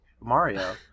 Mario